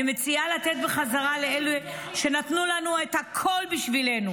אני מציעה לתת בחזרה לאלה שנתנו לנו את הכול בשבילנו,